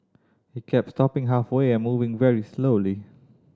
it kept stopping halfway and moving very slowly